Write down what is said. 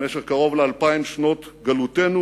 במשך קרוב לאלפיים שנות גלותנו